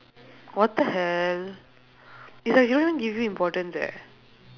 what the hell it's like she don't even give you importance eh